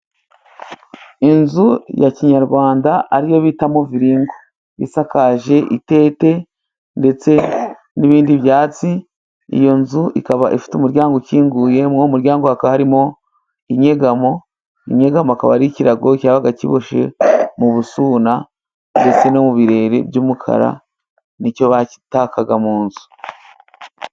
Inzu ya kinyarwanda ari yo bitamo muviringo. Isakaje itete ndetse n'ibindi byatsi. Iyo nzu ikaba ifite umuryango ukinguye, muri uwo muryango hakaba harimo inyegamo. Inyegamo akaba ari ikirago cyabaga kiboshye mu busuna, ndetse no mu birere by'umukara. Ni cyo batakaga mu nzu.